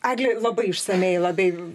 eglė labai išsamiai labai